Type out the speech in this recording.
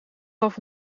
gaf